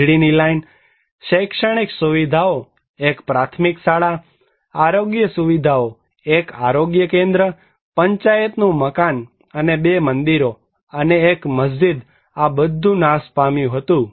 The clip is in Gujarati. વીજળીની લાઇન શૈક્ષણિક સુવિધાઓ એક પ્રાથમિક શાળા આરોગ્ય સુવિધાઓ એક આરોગ્ય કેન્દ્ર પંચાયતનું મકાન અને બે મંદિરો અને એક મસ્જિદ આ બધું નાશ પામ્યું હતું